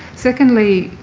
secondly,